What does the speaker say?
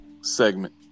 segment